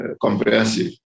comprehensive